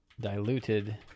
diluted